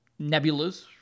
nebulas